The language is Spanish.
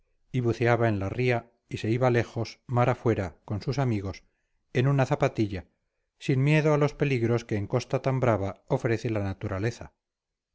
y buceaba en la ría y se iba lejos mar afuera con sus amigos en una zapatilla sin miedo a los peligros que en costa tan brava ofrece la naturaleza